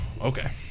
Okay